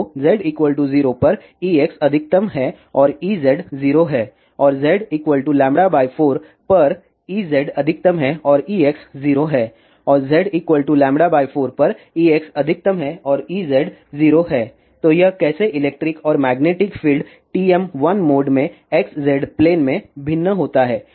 तो z 0 पर Ex अधिकतम है और Ez 0 है और z λ 4 पर Ez अधिकतम है और Ex 0 है और z λ 4 पर Ex अधिकतम है और Ez 0 है तो यह कैसे इलेक्ट्रिक और मैग्नेटिक फील्ड TM1 मोड में xz प्लेन में भिन्न होता है